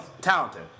Talented